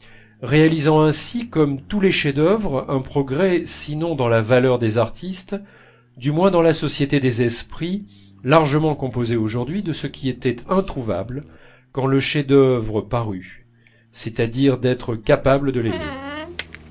réalisant ainsi comme tous les chefs-d'œuvre un progrès sinon dans la valeur des artistes du moins dans la société des esprits largement composée aujourd'hui de ce qui était introuvable quand le chef-d'œuvre parut c'est-à-dire d'êtres capables de l'aimer